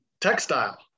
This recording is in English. textile